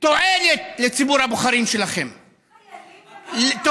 תועלת לציבור הבוחרים שלכם חיילים, למשל.